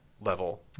level